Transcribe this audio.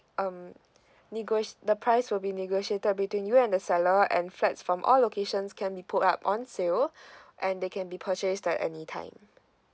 um nego~ the price will be negotiated between you and the seller and flats from all locations can be put up on sale and they can be purchased at any time